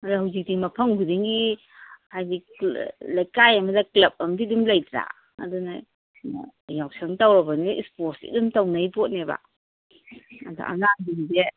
ꯑꯗꯣ ꯍꯧꯖꯤꯛꯇꯤ ꯃꯐꯝ ꯈꯨꯗꯤꯡꯒꯤ ꯍꯥꯏꯗꯤ ꯂꯩꯀꯥꯏ ꯑꯃꯗ ꯀ꯭ꯂꯕ ꯑꯃꯗꯤ ꯑꯗꯨꯝ ꯂꯩꯇ꯭ꯔꯥ ꯑꯗꯨꯅ ꯌꯥꯎꯁꯪ ꯇꯧꯔꯕꯅꯤ ꯏꯁꯄꯣꯔꯠꯇꯤ ꯑꯗꯨꯝ ꯇꯧꯅꯩ ꯄꯣꯠꯅꯦꯕ ꯑꯗ ꯑꯉꯥꯡꯁꯤꯡꯁꯦ